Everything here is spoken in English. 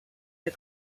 the